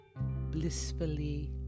blissfully